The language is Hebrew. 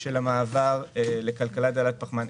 של המעבר לכלכלה דלת פחמן.